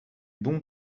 bons